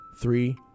Three